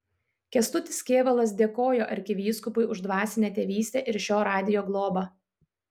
kęstutis kėvalas dėkojo arkivyskupui už dvasinę tėvystę ir šio radijo globą